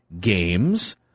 games